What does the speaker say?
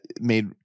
made